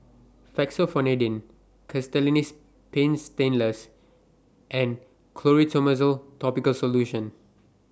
Fexofenadine Castellani's Paint Stainless and Clotrimozole Topical Solution